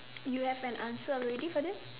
you have an answer already for this